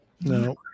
No